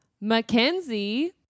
Mackenzie